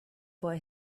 boy